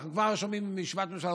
אנחנו כבר שומעים מישיבת הממשלה,